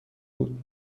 بود